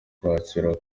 kwakira